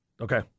Okay